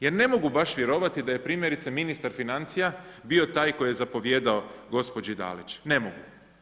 Jer ne mogu baš vjerovati da je primjerice, ministar financija bio taj koji je zapovijedao gospođi Dalić, ne mogu.